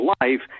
life